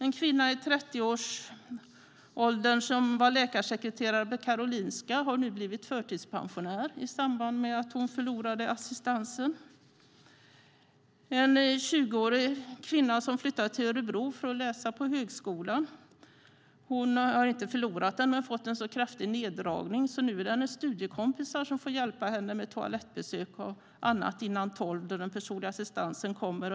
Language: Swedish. En kvinna i 30-årsåldern som var läkarsekreterare på Karolinska har nu blivit förtidspensionär i samband med att hon förlorade assistansen. En 20-årig kvinna som flyttade till Örebro för att läsa på högskolan har inte förlorat assistansen men fått en så kraftig neddragning att det nu är hennes studiekompisar som får hjälpa henne med toalettbesök och annat innan kl. 12 då den personliga assistansen kommer.